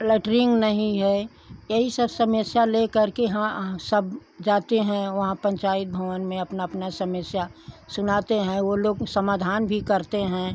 latrine नहीं है यही सब समस्या लेकर के हाँ हाँ सब जाते हैं वहाँ पंचायत भवन में अपना अपना समस्या सुनाते हैं वो लोग समाधान भी करते हैं